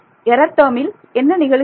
error டேர்மில் என்ன நிகழுகிறது